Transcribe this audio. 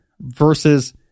versus